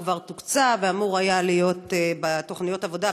הוא כבר תוקצב ואמור היה להיות בתוכניות העבודה.